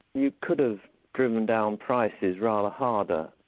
you could have driven down prices rather harder.